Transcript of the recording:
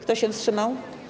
Kto się wstrzymał?